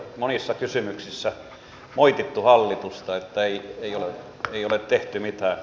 monissa kysymyksissä on moitittu hallitusta että ei ole tehty mitään